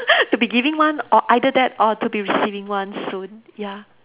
to be giving one or either that or to be receiving one soon ya